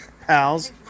pals